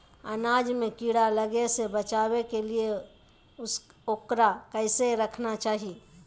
अनाज में कीड़ा लगे से बचावे के लिए, उकरा कैसे रखना चाही?